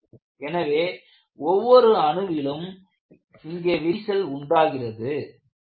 எனவே ஒவ்வொரு அணுவிலும் விரிசல் முன்னோக்கி வளரும் பொழுது தளங்கள் வெவ்வேறு திசைகளில் வலிமை இழப்பதால் இங்கே விரிசல் உண்டாகிறது